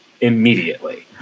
immediately